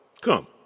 Come